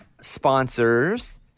sponsors